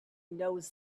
knows